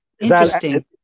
interesting